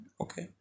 okay